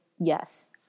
yes